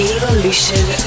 Evolution